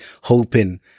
hoping